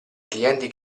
clienti